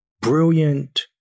brilliant